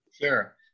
Sure